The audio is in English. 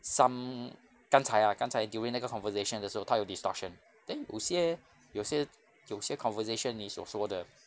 some 刚才 ah 刚才 during 那个 conversation 的时候它有 distortion then 有些有些有些 conversation is also the